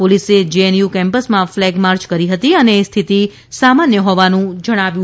પોલીસે જેએનયુ કેમ્પસમાં flag march કરી હતી અને સ્થિતિ સામાન્ય હોવાનું જણાવ્યું છે